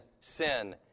sin